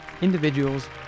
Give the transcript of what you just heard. individuals